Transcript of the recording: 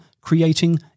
creating